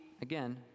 again